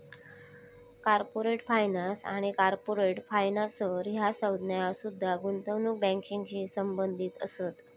corporate finance आणि corporate financer ह्या संज्ञा सुद्धा गुंतवणूक बँकिंगशी संबंधित असत